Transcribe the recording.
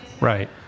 Right